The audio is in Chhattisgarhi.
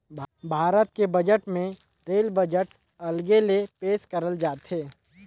भारत के बजट मे रेल बजट अलगे ले पेस करल जाथे